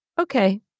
Okay